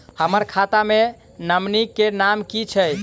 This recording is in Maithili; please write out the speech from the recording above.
हम्मर खाता मे नॉमनी केँ नाम की छैय